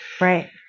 right